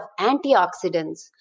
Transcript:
antioxidants